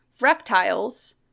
reptiles